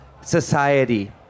society